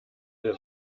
der